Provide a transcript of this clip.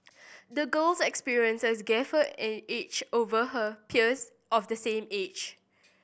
the girl's experiences gave her an edge over her peers of the same age